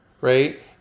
right